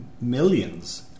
millions